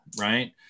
Right